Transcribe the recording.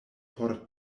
por